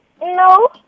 No